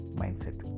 mindset